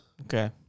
Okay